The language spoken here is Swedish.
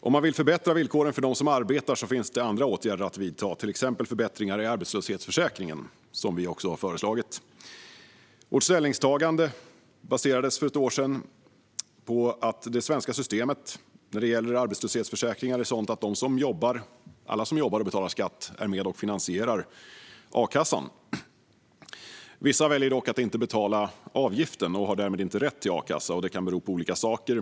Om man vill förbättra villkoren för dem som arbetar finns det andra åtgärder att vidta, till exempel förbättringar i arbetslöshetsförsäkringen, som vi också har föreslagit. Vårt ställningstagande baserades för ett år sedan på att det svenska systemet när det gäller arbetslöshetsförsäkringar är sådant att alla som jobbar och betalar skatt är med och finansierar a-kassan. Vissa väljer dock att inte betala avgiften och har därmed inte rätt till a-kassa. Detta kan bero på olika saker.